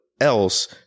else